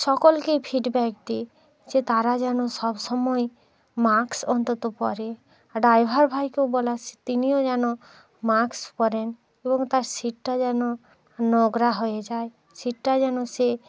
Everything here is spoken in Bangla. সকলকেই ফিডব্যাক দিই যে তারা যেন সব সময় মাস্ক অন্তত পরে আর ড্রাইভার ভাইকে বলা তিনিও যেন মাস্ক পরেন এবং তার সিটটা যেন নোংরা হয়ে যায় সিটটা যেন সে